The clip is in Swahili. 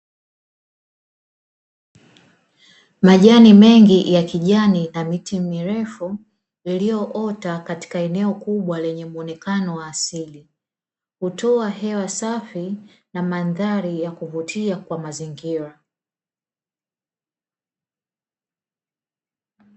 Majani mengi ya kijani na miti mirefu iliyoota katika eneo kubwa lenye muonekano wa asili hutoa hewa safi na mandhari ya kuvutia kwa mazingira.